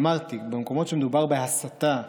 ואמרתי: במקומות שמדובר בהסתה,